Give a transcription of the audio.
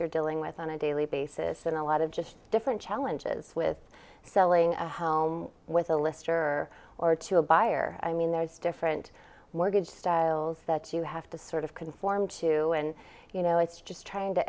you're dealing with on a daily basis and a lot of just different challenges with selling a home with a lister or to a buyer i mean there's different mortgage styles that you have to sort of conform to and you know it's just trying to